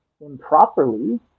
improperly